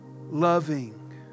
loving